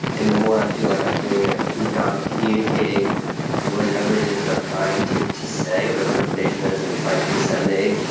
and the more i feel like i'm doing a good job of communicating whatever it is that i'm trying to to say, whatever information that and i'm trying to disseminate,